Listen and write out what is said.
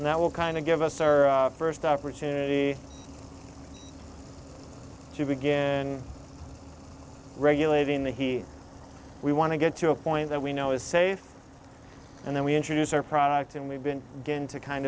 and that will kind of give us our first opportunity to begin regulating the he we want to get to a point that we know is saved and then we introduce our product and we've been going to kind